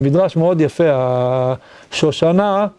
מדרש מאוד יפה ה...שושנה...